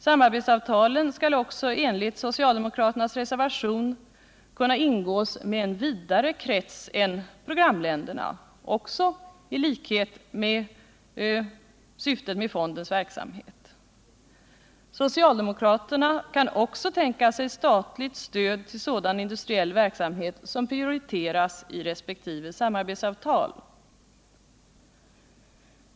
Samarbetsavtalen skall enligt socialdemokraternas reservation även kunna ingås med en vidare krets än programländerna, också i likhet med syftet med fondens verksamhet. Socialdemokraterna kan vidare tänka sig statligt stöd till sådan industriell verksamhet som prioriteras i resp. samarbetsavtal.